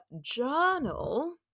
journal